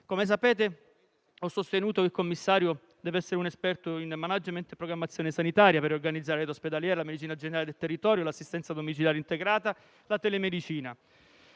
Come sapete, ho sostenuto che il commissario deve essere un esperto in *management* e programmazione sanitaria, per riorganizzare il settore ospedaliero, la medicina generale del territorio, l'assistenza domiciliare integrata, la telemedicina.